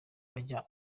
ajya